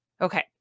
Okay